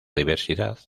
diversidad